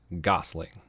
Gosling